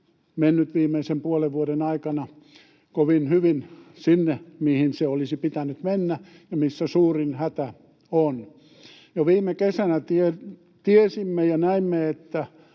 mennyt viimeisen puolen vuoden aikana kovin hyvin sinne, mihin sen olisi pitänyt mennä ja missä suurin hätä on. Jo viime kesänä tiesimme ja näimme,